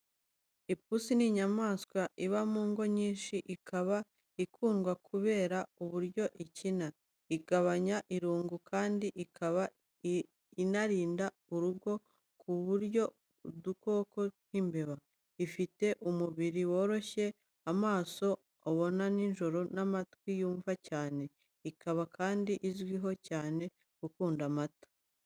Ipusi ni inyamaswa iba mu ngo nyinshi, ikaba ikundwa kubera uburyo ikina, igabanya irungu, kandi ikaba inarinda urugo mu kurya udukoko nk'imbeba. Ifite umubiri woroshye, amaso abona nijoro n'amatwi yumva cyane. Ikaba kandi izwiho cyane gukunda amata.